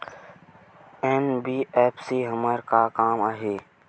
NBFC हमर का काम आही?